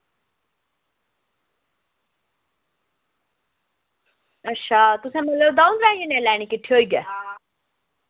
तुसें दौं त्रैंऽ जनें लैनी किट्ठे होइयै